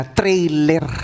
trailer